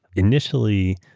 initially,